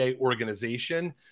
organization